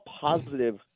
positive